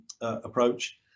approach